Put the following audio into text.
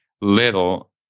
little